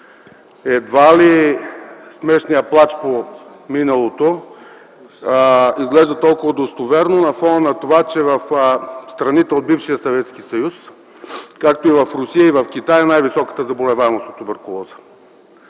Едва ли смешният плач по миналото изглежда толкова достоверно на фона на това, че в страните от бившия Съветски съюз, както и в Русия, и в Китай е най-високата заболеваемост от туберкулоза,